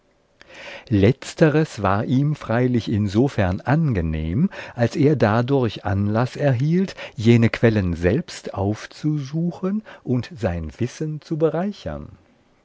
letzteres war ihm freilich insofern angenehm als er dadurch anlaß erhielt jene quellen selbst aufzusuchen und sein wissen zu bereichern